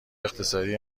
اقتصادی